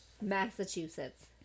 Massachusetts